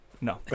No